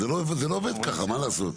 זה לא עובד ככה, מה לעשות?